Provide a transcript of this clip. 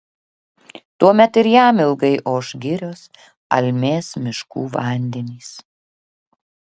tuomet ir jam ilgai oš girios almės miškų vandenys